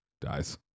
dies